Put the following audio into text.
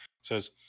says